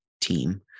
team